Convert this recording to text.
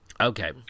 Okay